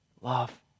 love